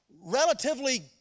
relatively